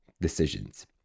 decisions